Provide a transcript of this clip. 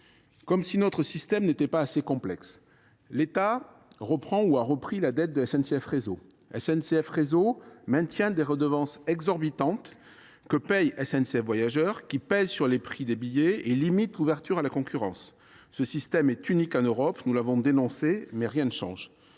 Comme si notre système n’était pas suffisamment complexe… Tout d’abord, l’État reprend la dette de SNCF Réseau. Puis, SNCF Réseau maintient des redevances exorbitantes, que paie SNCF Voyageurs et qui pèsent sur les prix des billets tout en limitant l’ouverture à la concurrence. Ce système est unique en Europe, nous l’avons dénoncé, mais rien ne change.